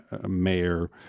mayor